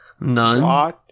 None